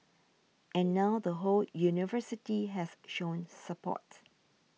and now the whole university has shown support